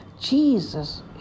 Jesus